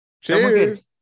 cheers